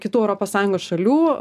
kitų europos sąjungos šalių